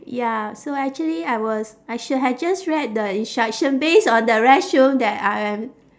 ya so actually I was I should have just read the instruction based on the restroom that I am